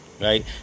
right